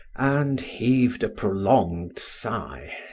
and heaved a prolonged sigh.